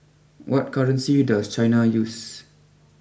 what currency does China use